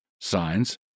signs